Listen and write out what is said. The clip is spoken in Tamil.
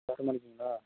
வேறு எதுவும் வாங்குறிங்களா